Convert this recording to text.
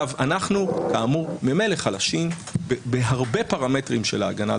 אנחנו כאמור ממילא חלשים בהרבה פרמטרים של ההגנה על